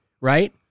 right